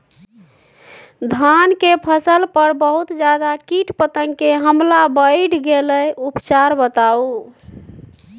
धान के फसल पर बहुत ज्यादा कीट पतंग के हमला बईढ़ गेलईय उपचार बताउ?